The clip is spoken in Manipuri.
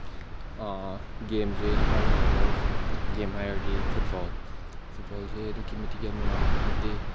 ꯒꯦꯝꯁꯦ ꯑꯩꯅ ꯈ꯭ꯋꯥꯏ ꯅꯨꯡꯉꯥꯏꯕ ꯒꯦꯝ ꯍꯥꯏꯔꯒꯗꯤ ꯐꯨꯠꯕꯣꯜ ꯐꯨꯠꯕꯣꯜꯁꯤ ꯑꯗꯨꯛꯀꯤ ꯃꯇꯤꯛ ꯌꯥꯝ ꯅꯨꯡꯉꯥꯏ ꯍꯥꯏꯕꯗꯤ